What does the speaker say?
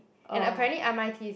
and apparently r_m_i_t is